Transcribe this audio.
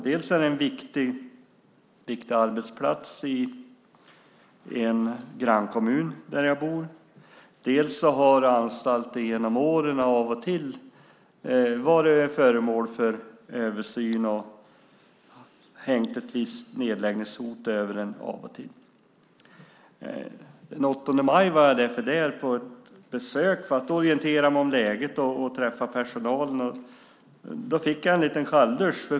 Dels är det en viktig arbetsplats i en grannkommun till den kommun där jag bor, dels har anstalten genom åren varit föremål för översyn. Det har hängt ett visst nedläggningshot över den av och till. Den 8 maj var jag därför där på ett besök för att orientera mig om läget och träffa personalen. Då fick jag en liten kalldusch.